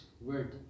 word